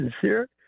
sincere